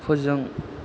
फोजों